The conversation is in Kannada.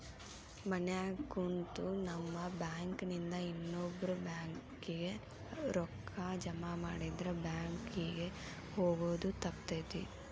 ಮನ್ಯಾಗ ಕುಂತು ನಮ್ ಬ್ಯಾಂಕ್ ನಿಂದಾ ಇನ್ನೊಬ್ಬ್ರ ಬ್ಯಾಂಕ್ ಕಿಗೆ ರೂಕ್ಕಾ ಜಮಾಮಾಡಿದ್ರ ಬ್ಯಾಂಕ್ ಕಿಗೆ ಹೊಗೊದ್ ತಪ್ತೆತಿ